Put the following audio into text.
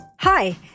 Hi